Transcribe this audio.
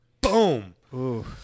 Boom